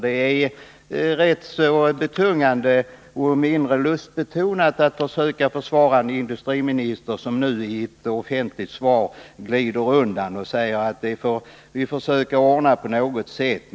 Det är rätt så betungande och även mindre lustbetonat att försöka försvara en industriminister som nu i ett offentligt svar glider undan och säger att man försöker ordna det på något sätt.